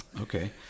Okay